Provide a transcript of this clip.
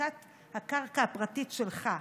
מחלקת הקרקע הפרטית שלך.